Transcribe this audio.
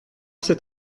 cet